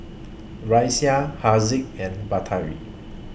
Raisya Haziq and Batari